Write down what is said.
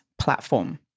platform